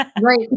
Right